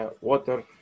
water